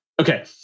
okay